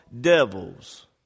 devils